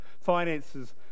finances